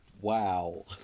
Wow